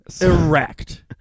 erect